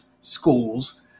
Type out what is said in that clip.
schools